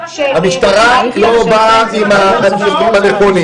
המשטרה לא באה עם הנתונים,